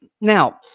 now